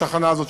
בתחנה הזאת,